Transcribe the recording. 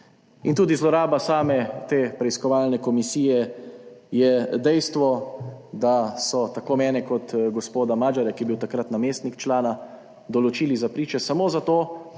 In zloraba same te preiskovalne komisije je tudi dejstvo, da so tako mene kot gospod Magyarja, ki je bil takrat namestnik člana, določili za priče samo zato,